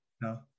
No